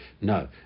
no